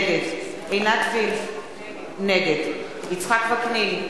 נגד עינת וילף, נגד יצחק וקנין,